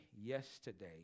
yesterday